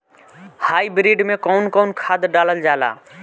Hybrid में कउन कउन खाद डालल जाला?